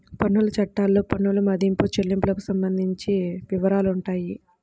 పన్నుల చట్టాల్లో పన్నుల మదింపు, చెల్లింపులకు సంబంధించిన వివరాలుంటాయి